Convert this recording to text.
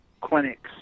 clinics